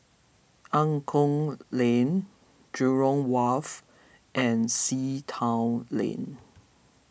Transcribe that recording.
Angklong Lane Jurong Wharf and Sea Town Lane